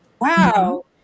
wow